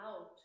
out